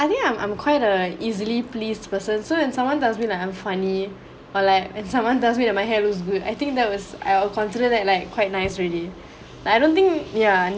I think I'm I'm quite a easily pleased person so when someone tells me like I'm funny or like if someone tells me that my hair looks good I think that was I consider that like quite nice already I don't think yeah